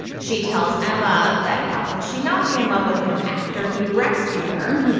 she tells emma that how could she not be in love with him after he rescued her?